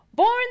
Born